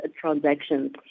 transactions